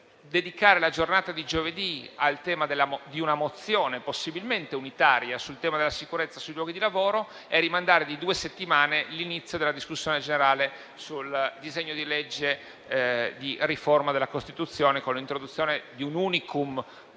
nella giornata di giovedì, di una mozione possibilmente unitaria sul tema della sicurezza sui luoghi di lavoro, rimandando di due settimane l'inizio della discussione generale sul disegno di legge di riforma della Costituzione, con l'introduzione di un *unicum*